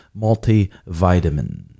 multivitamin